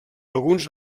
alguns